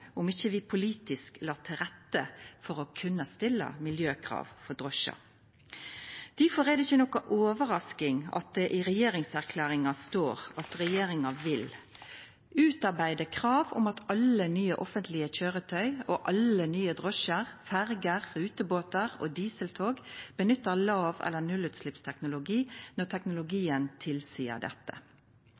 vi politisk ikkje la til rette for å kunna stilla miljøkrav til drosjar. Difor er det ikkje noka overrasking at det i regjeringserklæringa står at regjeringa vil «utarbeide krav om at alle nye offentlige kjøretøy, og alle nye drosjer, ferger, rutebåter og dieseltog, benytter lav- eller nullutslippsteknologi når teknologien tilsier dette».